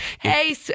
hey